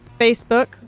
Facebook